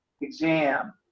exam